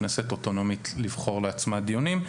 הכנסת אוטונומית לבחור לעצמה דיונים.